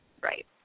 Right